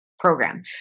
program